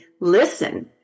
listen